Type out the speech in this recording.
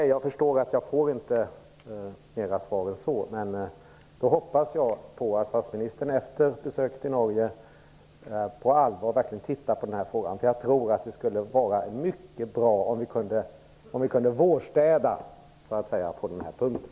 Jag förstår att jag inte får mera svar än så, men jag hoppas då att statsministern efter besöket i Norge på allvar tittar på den här frågan. Jag tror att det skulle vara mycket bra om vi kunde vårstäda på den här punkten.